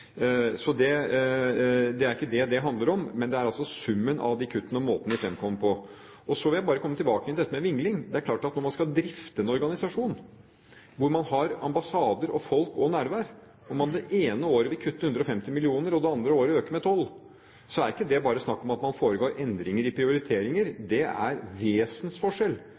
Så det er ikke det det handler om, men det er summen av kuttene og måten de fremkommer på. Så vil jeg bare komme tilbake til dette med vingling. Det er klart at når man skal drifte en organisasjon hvor man har ambassader og folk og nærvær, og man det ene året vil kutte 150 mill. kr og det andre året øke med 12 mill. kr, er det ikke bare snakk om at man foretar endringer i prioriteringer, det er en vesensforskjell